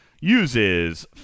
Uses